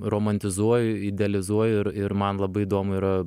romantizuoju idealizuoju ir ir man labai įdomu yra